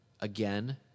again